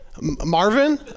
Marvin